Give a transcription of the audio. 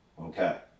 Okay